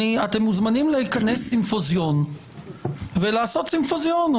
אתם מוזמנים לכנס סימפוזיון ולעשות סימפוזיון,